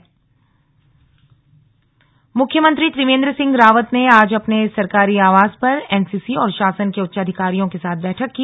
CM NCC मुख्यमंत्री त्रिवेन्द्र सिंह रावत ने आज आपने सरकारी आवास पर एनसीसी और शासन के उच्चाधिकारियों के साथ बैठक की